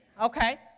Okay